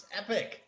epic